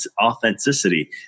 authenticity